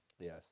Yes